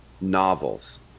novels